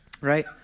right